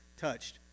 touched